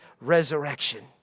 resurrection